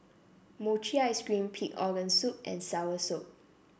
Mochi Ice Cream Pig Organ Soup and Soursop